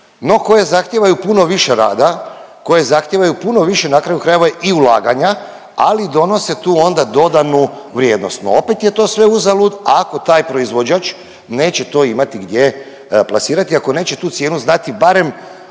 no koje zahtijevaju puno više rada, koje zahtijevaju puno više na kraju krajeva i ulaganja, ali donose tu onda dodanu vrijednost. No opet je to sve uzalud ako taj proizvođač neće to imati gdje plasirati i ako neće tu cijenu znati barem